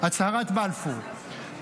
הצהרת בלפור.